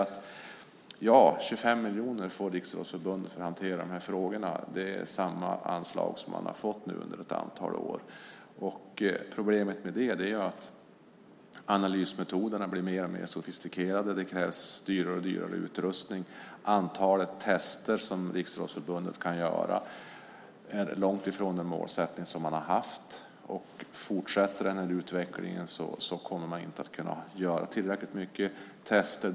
25 miljoner får Riksidrottsförbundet för att hantera de här frågorna. Det är samma anslag som de har fått under ett antal år. Problemet med det är att analysmetoderna blir mer och mer sofistikerade, och det krävs dyrare och dyrare utrustning. Antalet tester som Riksidrottsförbundet kan göra är långt ifrån det som man hade som mål. Fortsätter denna utveckling kommer man inte att kunna göra tillräckligt många tester.